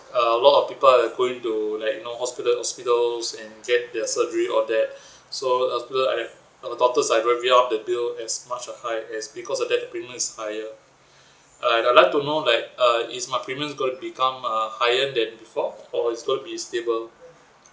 a lot of people are going to like you know hospital hospitals and get their surgery all that so hospitals uh the doctors are the bill as much a high as because of that the premium is higher I I like know like uh is my premium gonna become uh higher then before or it's gonna be stable